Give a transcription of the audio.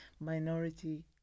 minority